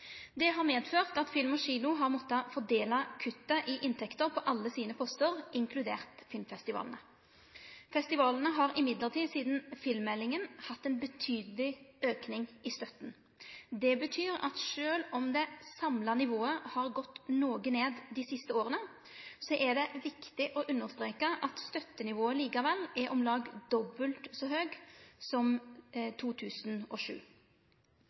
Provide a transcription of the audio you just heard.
har medført at Film & Kino har måtta fordele kuttet i inntekter på alle postane sine, inkludert filmfestivalane. Festivalane har likevel sidan filmmeldinga hatt ein betydeleg auke i støtta. Det betyr at sjølv om det samla nivået har gått noko ned dei siste åra, er det viktig å understreke at støttenivået likevel er om lag dobbelt så høgt som i 2007.